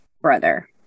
brother